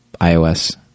ios